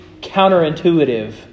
counterintuitive